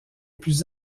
plus